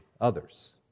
others